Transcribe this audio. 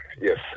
yes